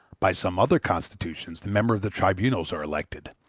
by some other constitutions the members of the tribunals are elected,